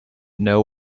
know